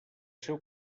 seu